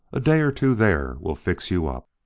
a day or two there will fix you up.